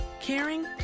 Caring